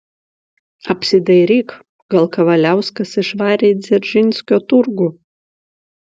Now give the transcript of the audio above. apsidairyk gal kavaliauskas išvarė į dzeržinskio turgų